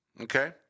Okay